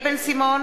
(קוראת בשמות